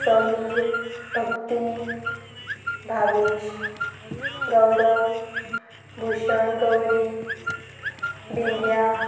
Sameer Bhakti Bhavesh Gaurang Bhushan Gauri Bindiya